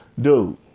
dude